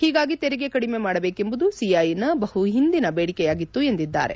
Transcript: ಹೀಗಾಗಿ ತೆರಿಗೆ ಕಡಿಮೆ ಮಾಡಬೇಕೆಂಬುದು ಸಿಐಐನ ಬಹುಹಿಂದಿನ ಬೇಡಿಕೆಯಾಗಿತ್ತು ಎಂದಿದ್ದಾರೆ